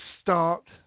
start